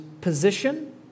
position